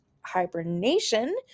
hibernation